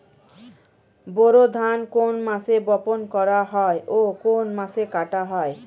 বোরো ধান কোন মাসে বপন করা হয় ও কোন মাসে কাটা হয়?